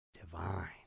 divine